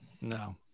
No